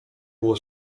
było